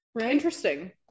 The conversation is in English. interesting